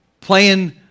playing